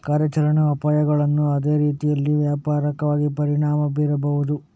ಕಾರ್ಯಾಚರಣೆಯ ಅಪಾಯಗಳು ಅದೇ ರೀತಿಯಲ್ಲಿ ವ್ಯಾಪಕವಾಗಿ ಪರಿಣಾಮ ಬೀರಬಹುದು